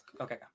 Okay